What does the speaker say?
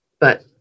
But-